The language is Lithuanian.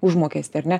užmokestį ar ne